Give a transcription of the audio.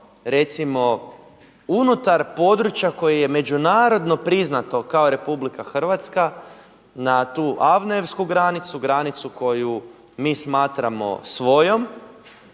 recimo unutar područja koji je međunarodno priznato kao Republika Hrvatska na tu avnojevsku granicu, granicu koju mi smatramo svojom